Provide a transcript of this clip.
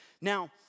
Now